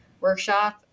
workshop